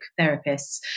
therapists